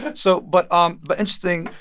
but so but um but interesting,